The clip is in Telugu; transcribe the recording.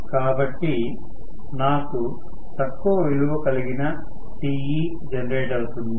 కాబట్టి నాకు తక్కువ విలువ కలిగిన Te జనరేట్ అవుతుంది